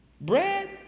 bread